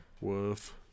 woof